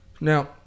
Now